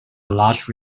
large